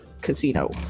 casino